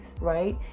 right